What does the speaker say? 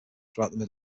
throughout